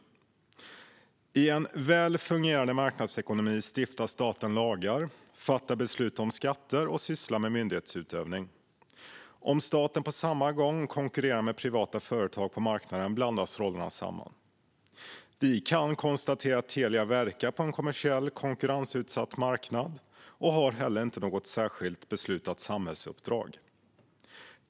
I en väl fungerande marknadsekonomi stiftar staten lagar, fattar beslut om skatter och sysslar med myndighetsutövning. Om staten på samma gång konkurrerar med privata företag på marknaden blandas rollerna samman. Vi kan konstatera att Telia verkar på en kommersiell konkurrensutsatt marknad, och de har inte heller något särskilt beslutat samhällsuppdrag.